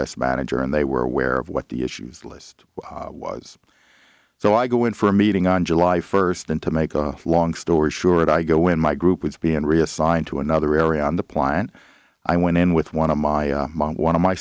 s manager and they were aware of what the issues list was so i go in for a meeting on july first then to make a long story short i go in my group was being reassigned to another area on the plant i went in with one of my mom one of my